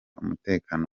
umutekano